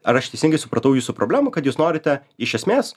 ar aš teisingai supratau jūsų problemų kad jūs norite iš esmės